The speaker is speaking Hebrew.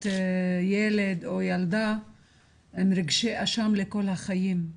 ילד או ילדה עם רגשי אשם לכל החיים.